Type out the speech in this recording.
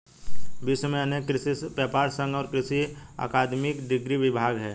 विश्व में अनेक कृषि व्यापर संघ और कृषि अकादमिक डिग्री विभाग है